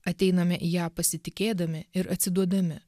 ateiname į ją pasitikėdami ir atsiduodami